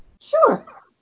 Sure